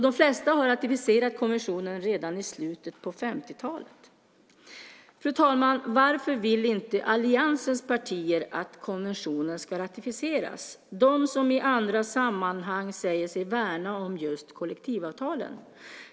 De flesta har ratificerat konventionen redan i slutet av 50-talet. Fru talman! Varför vill inte alliansens partier att konventionen ska ratificeras? De säger sig ju i andra sammanhang värna om just kollektivavtalen.